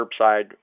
curbside